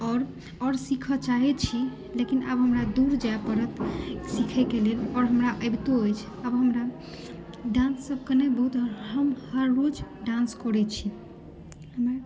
आओर आओर सिखय चाहैत छी लेकिन आब हमरा दूर जाय पड़त सिखयके लेल आओर हमरा अबितो अछि आब हमरा डान्ससभ केनाइ बहुत हम हर रोज डान्स करैत छी हमर